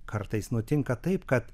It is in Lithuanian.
kartais nutinka taip kad